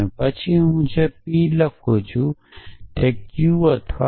અને પછી હું જે p લખી શકું છું તે q અથવા